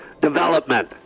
development